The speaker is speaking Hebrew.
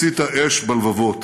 הציתה אש בלבבות.